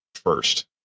first